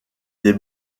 des